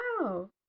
Wow